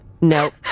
Nope